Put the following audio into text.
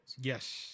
Yes